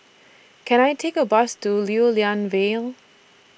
Can I Take A Bus to Lew Lian Vale